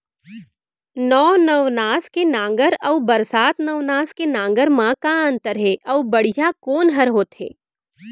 नौ नवनास के नांगर अऊ बरसात नवनास के नांगर मा का अन्तर हे अऊ बढ़िया कोन हर होथे?